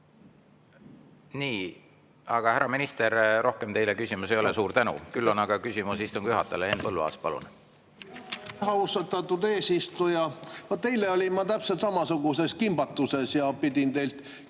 Nii. Aga härra minister, rohkem teile küsimusi ei ole. Suur tänu! Küll on aga küsimus istungi juhatajale. Henn Põlluaas, palun! Austatud eesistuja! Vot eile olin ma täpselt samasuguses kimbatuses ja pidin teilt